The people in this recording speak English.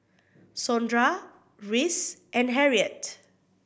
Sondra Rhys and Harriette